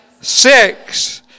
six